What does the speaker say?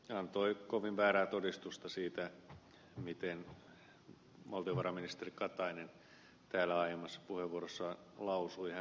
tiusanen antoi kovin väärää todistusta siitä mitä valtiovarainministeri katainen täällä aiemmassa puheenvuorossaan lausui